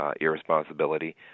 Irresponsibility